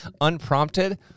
unprompted